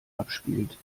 abspielt